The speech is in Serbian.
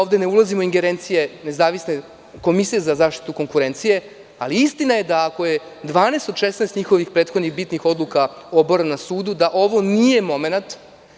Ovde ne ulazim u ingerencije nezavisne Komisije za zaštitu konkurencije, ali istina je ako je 12 od 16 njihovih bitnih odluka oboreno na sudu da ovo nije momenat.